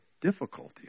difficulty